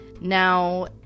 Now